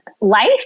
life